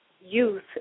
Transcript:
youth